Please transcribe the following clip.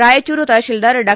ರಾಯಚೂರು ತಪಸೀಲ್ಲಾರ್ ಡಾ